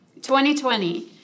2020